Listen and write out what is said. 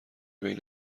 بین